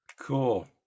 Cool